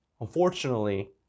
unfortunately